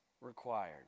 required